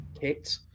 kit